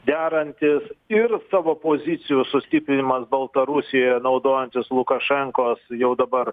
derantis ir savo pozicijos sustiprinimas baltarusijoje naudojantis lukašenkos jau dabar